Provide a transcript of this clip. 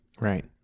Right